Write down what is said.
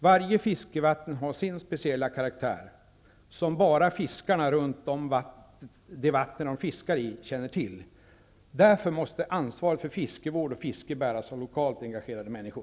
Varje fiskevatten har sin speciella karaktär, som bara fiskarna runt det vatten de fiskar i känner till. Därför måste ansvar för fiskevård och fiske bäras av lokalt engagerade människor.